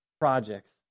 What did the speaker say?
projects